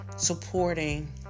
Supporting